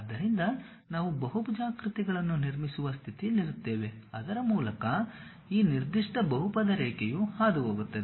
ಆದ್ದರಿಂದ ನಾವು ಬಹುಭುಜಾಕೃತಿಗಳನ್ನು ನಿರ್ಮಿಸುವ ಸ್ಥಿತಿಯಲ್ಲಿರುತ್ತೇವೆ ಅದರ ಮೂಲಕ ಈ ನಿರ್ದಿಷ್ಟ ಬಹುಪದ ರೇಖೆಯು ಹಾದುಹೋಗುತ್ತದೆ